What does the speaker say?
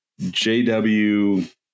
jw